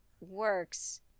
works